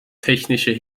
technische